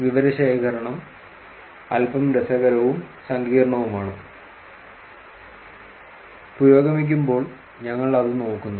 വിവരശേഖരണം അൽപ്പം രസകരവും സങ്കീർണ്ണവുമാണ് പുരോഗമിക്കുമ്പോൾ ഞങ്ങൾ അത് നോക്കുന്നു